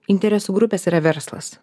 interesų grupės yra verslas